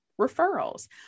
referrals